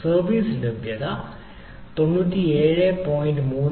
service ലഭ്യത 97